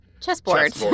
chessboard